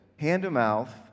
hand-to-mouth